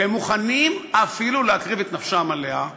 שהם מוכנים אפילו להקריב את נפשם עליה.